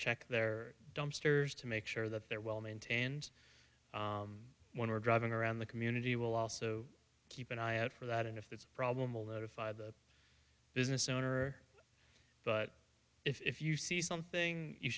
check their dumpsters to make sure that they're well maintained when we're driving around the community will also keep an eye out for that and if that's a problem will notify the business owner but if you see something you